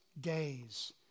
days